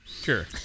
Sure